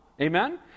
Amen